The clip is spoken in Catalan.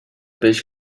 peix